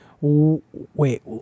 wait